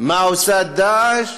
מה עושה "דאעש",